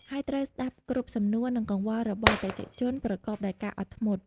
ហើយត្រូវស្តាប់គ្រប់សំណួរ និងកង្វល់របស់អតិថិជនប្រកបដោយការអត់ធ្មត់។